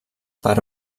per